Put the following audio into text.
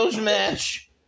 match